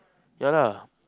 ya lah